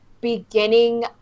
Beginning